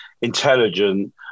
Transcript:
Intelligent